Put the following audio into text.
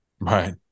Right